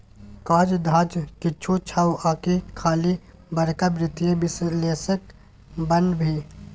काज धाज किछु छौ आकि खाली बड़का वित्तीय विश्लेषक बनभी